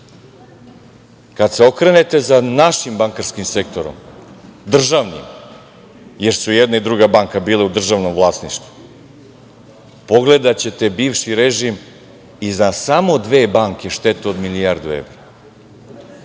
se okrenete za našim bankarskim sektorom, državnim, jer su i jedna i druga banka bile u državnom vlasništvu, pogledaćete bivši režim i za samo dve banke štetu od milijardu evra,